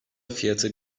fiyatı